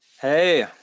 Hey